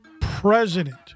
president